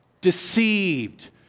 Deceived